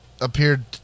appeared